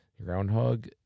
groundhog